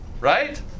right